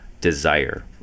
desire